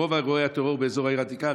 רוב אירועי הטרור באזור העיר העתיקה,